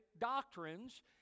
doctrines